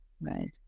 Right